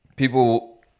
People